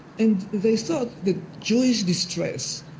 and they thought the jewish distress